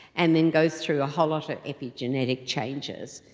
and then go through a whole lot of epigenetic changes.